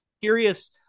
curious